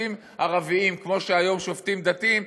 ששופטים ערבים, כמו שהיום שופטים דתיים,